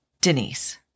Denise